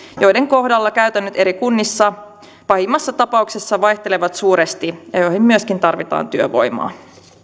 joiden kohdalla käytännöt eri kunnissa pahimmassa tapauksessa vaihtelevat suuresti ja joihin myöskin tarvitaan työvoimaa